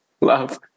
love